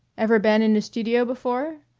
ever been in a studio before?